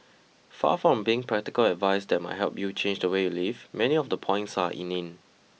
far from being practical advice that might help you change the way you live many of the points are inane